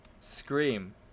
Scream